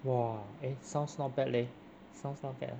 !wah! eh sounds not bad leh sounds not bad